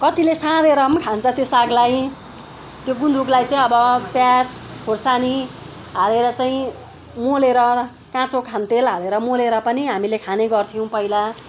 कतिले साँधेर पनि खान्छ त्यो सागलाई त्यो गुन्द्रुकलाई चाहिँ अब प्याज खोर्सानी हालेर चाहिँ मोलेर काँचो खाने तेल हालेर मोलेर पनि हामीले खाने गऱ्थ्यौँ पहिला